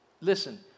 listen